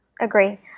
Agree